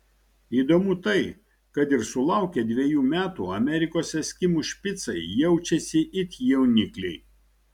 įdomu tai kad ir sulaukę dviejų metų amerikos eskimų špicai jaučiasi it jaunikliai